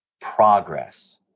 progress